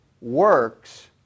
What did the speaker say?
works